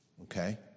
okay